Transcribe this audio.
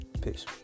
Peace